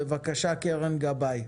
בבקשה, קרן גבאי.